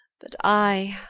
but i,